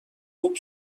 خوب